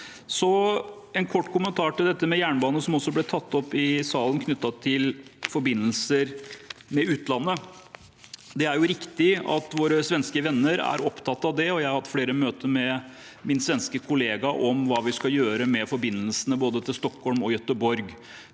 Så en kort kommentar til dette med jernbane, som også ble tatt opp i salen, knyttet til forbindelser med utlandet. Det er riktig at våre svenske venner er opptatt av det. Jeg har hatt flere møter med min svenske kollega om hva vi skal gjøre med forbindelsene til både Stockholm og Göteborg.